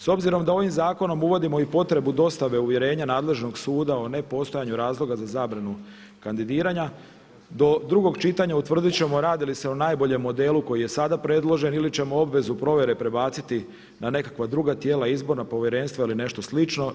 S obzirom da ovim zakonom uvodimo i potrebu dostave uvjerenja nadležnog suda o nepostojanju razloga za zabranu kandidiranja do drugo čitanja utvrditi ćemo radi li se o najboljem modelu koji je sada predložen ili ćemo obvezu provjere prebaciti na nekakva druga tijela, izborna povjerenstva ili nešto slično.